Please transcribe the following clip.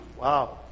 wow